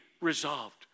resolved